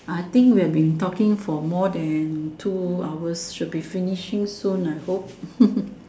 I think we have been talking for more than two hours should be finishing soon I hope